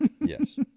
Yes